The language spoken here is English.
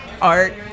art